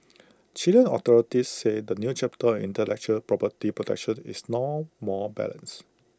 Chilean authorities say the new chapter intellectual property protection is now more balanced